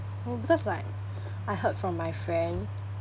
oh because like I heard from my friend